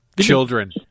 Children